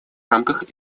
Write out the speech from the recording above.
рамках